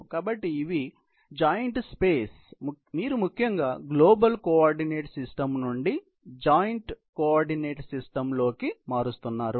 కాబట్టి ఇవి మరియు జాయింట్ స్పేస్ మీరు ముఖ్యంగా గ్లోబల్ కోఆర్డినేట్ సిస్టమ్ నుండి జాయింట్ కోఆర్డినేట్ సిస్టమ్ లోకి మారుస్తున్నారు